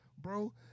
bro